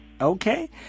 Okay